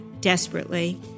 desperately